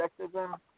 sexism